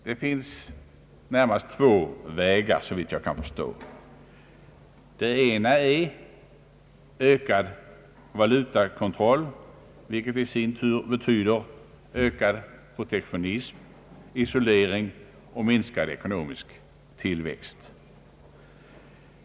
Det finns såvitt jag kan förstå närmast två vägar. Den ena är ökad valutakontroll, vilken i sin tur betyder ökad protektionism, isolering och minskad ekonomisk tillväxt.